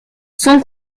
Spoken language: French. son